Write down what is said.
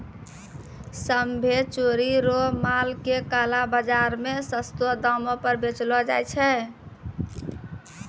सभ्भे चोरी रो माल के काला बाजार मे सस्तो दामो पर बेचलो जाय छै